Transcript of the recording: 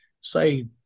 say